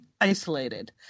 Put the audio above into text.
isolated